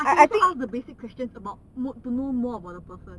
I can also ask basic questions about mo~ to know more about the person